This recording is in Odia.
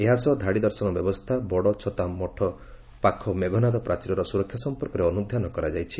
ଏହା ସହ ଧାଡ଼ି ଦର୍ଶନ ବ୍ୟବସ୍କା ବଡ଼ ଛତା ମଠ ପାଖ ମେଘନାଦ ପ୍ରାଚୀରର ସୁରକ୍ଷା ସମ୍ପର୍କରେ ଅନୁଧ୍ରାନ କରାଯାଇଛି